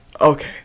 okay